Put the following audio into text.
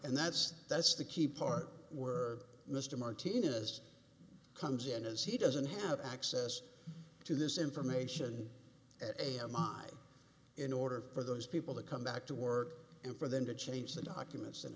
and that's that's the key part we're mr martinez comes in is he doesn't have access to this information at a mine in order for those people to come back to work and for them to change the documents and